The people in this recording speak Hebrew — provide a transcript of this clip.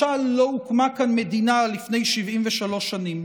משל לא הוקמה כאן מדינה לפני 73 שנים.